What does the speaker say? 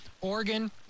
oregon